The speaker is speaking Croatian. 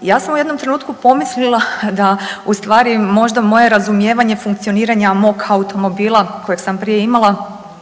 Ja sam u jednom trenutku pomislila da ustvari možda moje razumijevanje funkcioniranja mog automobila kojeg sam prije imala